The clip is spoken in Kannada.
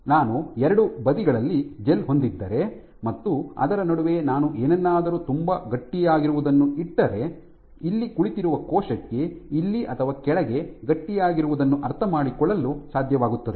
ನಾನು ಎರಡು ಬದಿಗಳಲ್ಲಿ ಜೆಲ್ ಹೊಂದಿದ್ದರೆ ಮತ್ತು ಅದರ ನಡುವೆ ನಾನು ಏನನ್ನಾದರೂ ತುಂಬಾ ಗಟ್ಟಿಯಾಗಿರುವುದನ್ನು ಇಟ್ಟರೆ ಇಲ್ಲಿ ಕುಳಿತಿರುವ ಕೋಶಕ್ಕೆ ಇಲ್ಲಿ ಅಥವಾ ಕೆಳಗೆ ಗಟ್ಟಿಯಾಗಿರುವುದನ್ನು ಅರ್ಥಮಾಡಿಕೊಳ್ಳಲು ಸಾಧ್ಯವಾಗುತ್ತದೆ